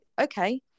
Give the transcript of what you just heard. okay